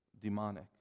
demonic